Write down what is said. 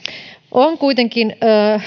on kuitenkin